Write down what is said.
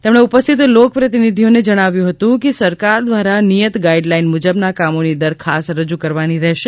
તેમણે ઉપસ્થિત લોક પ્રતિનિધિઓને જણાવ્યું હતું કે સરકાર દ્વારા નિયત ગાઇડ લાઈન મુજબના કામોની દરખાસ્ત રજૂ કરવાની રહેશે